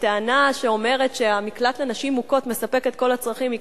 הטענה שאומרת שהמקלט לנשים מוכות מספק את כל הצרכים היא,